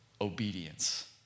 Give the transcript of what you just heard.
obedience